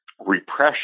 repression